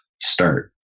start